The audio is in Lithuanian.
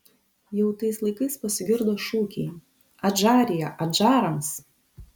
jau tais laikais pasigirdo šūkiai adžarija adžarams